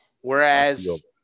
Whereas